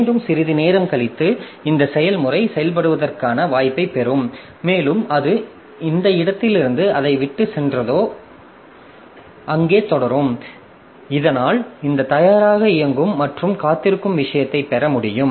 மீண்டும் சிறிது நேரம் கழித்து இந்த செயல்முறை செயல்படுவதற்கான வாய்ப்பைப் பெறும் மேலும் அது எந்த இடத்திலிருந்து அதை விட்டுச் சென்றதோ அங்கே தொடரும் இதனால் இந்த தயாராக இயங்கும் மற்றும் காத்திருக்கும் விஷயத்தை பெற முடியும்